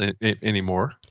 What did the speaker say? anymore